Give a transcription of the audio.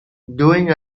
doing